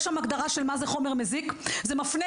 יש שם הגדרה של מה זה חומר מזיק, זה מפנה.